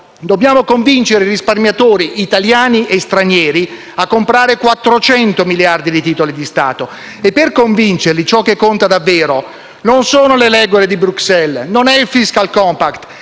dobbiamo convincere i risparmiatori, italiani e stranieri, a comprare 400 miliardi di titoli di Stato. E per convincerli, ciò che conta davvero non sono le regole di Bruxelles, non è il *fiscal compact*: